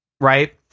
right